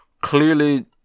Clearly